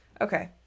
Okay